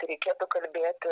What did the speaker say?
tai reikėtų kalbėti